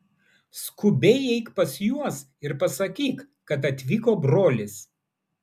skubiai eik pas juos ir pasakyk kad atvyko brolis